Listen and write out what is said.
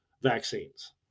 vaccines